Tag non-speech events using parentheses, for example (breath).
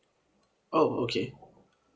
oh okay (breath)